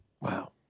Wow